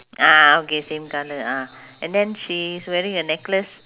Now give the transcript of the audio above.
ah okay same colour ah and then she's wearing a necklace